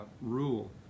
rule